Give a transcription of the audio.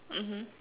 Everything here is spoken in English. mmhmm